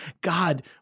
God